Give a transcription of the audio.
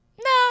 No